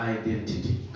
identity